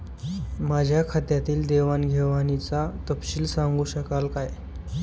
माझ्या खात्यातील देवाणघेवाणीचा तपशील सांगू शकाल काय?